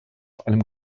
einem